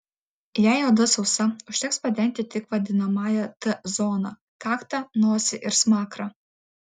jei oda sausa užteks padengti tik vadinamąją t zoną kaktą nosį ir smakrą